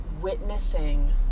witnessing